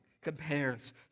compares